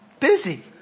busy